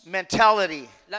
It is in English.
mentality